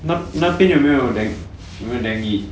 那那边有没有 like 有没有 dengue